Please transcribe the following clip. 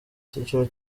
icyiciro